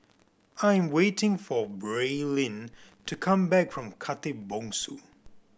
I'm waiting for Braelyn to come back from Khatib Bongsu